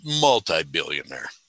multi-billionaire